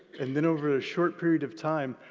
and then over a short period of time,